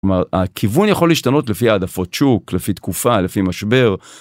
הכיוון יכול להשתנות לפי העדפות שוק לפי תקופה לפי משבר.